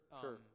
sure